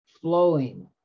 flowing